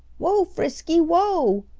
whoa, frisky! whoa!